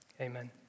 Amen